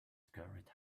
scurried